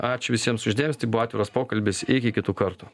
ačiū visiems už dėmesį tai buvo atviras pokalbis iki kitų kartų